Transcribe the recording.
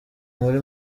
muri